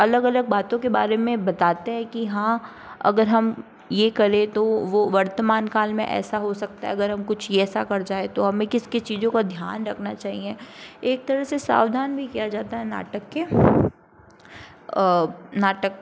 अलग अलग बातों के बारे में बताते हैं कि हाँ अगर हम ये करें तो वो वर्तमान काल में ऐसा हो सकता है अगर हम कुछ ऐसा कर जाएँ तो हमें किस किस चीज़ों का ध्यान रखना चाहिए एक तरह से सावधान भी किया जाता है नाटक के नाटक